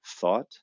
thought